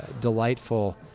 delightful